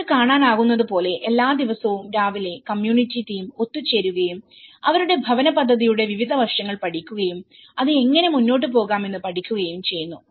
നിങ്ങൾക്ക് കാണാനാകുന്നതുപോലെ എല്ലാ ദിവസവും രാവിലെ കമ്മ്യൂണിറ്റി ടീം ഒത്തുചേരുകയും അവരുടെ ഭവന പദ്ധതിയുടെ വിവിധ വശങ്ങൾ പഠിക്കുകയും അത് എങ്ങനെ മുന്നോട്ട് പോകാമെന്നും പഠിക്കുകയും ചെയ്യുന്നു